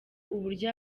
uburyo